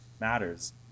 matters